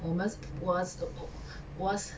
我们 s~ 我 s~ 我